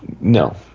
no